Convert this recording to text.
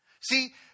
See